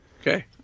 Okay